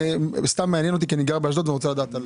זה מעניין אותי כי אני גר באשדוד ורוצה לדעת.